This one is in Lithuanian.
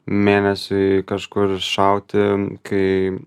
mėnesiui kažkur šauti kai